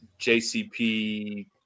JCP